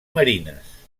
marines